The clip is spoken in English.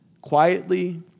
quietly